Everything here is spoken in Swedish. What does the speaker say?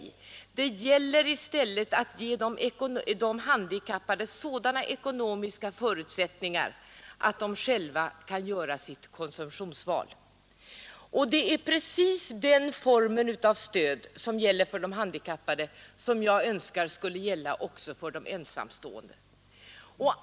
Det gäller i stället att ge de handikappade sådana ekonomiska förutsättningar att de själva kan göra sitt konsumtionsval. Det är precis den form av stöd som gäller för de handikappade som jag önskar skulle gälla också för de ensamstående.